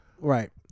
right